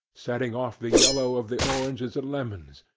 setting off the yellow of the oranges and lemons,